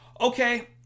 okay